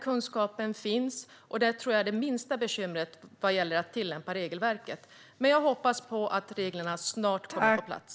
Kunskapen finns, och jag tror att det är det minsta bekymret vad gäller att tillämpa regelverket. Jag hoppas att reglerna snart kommer på plats.